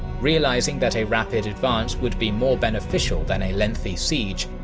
realising that a rapid advance would be more beneficial than a lengthy siege,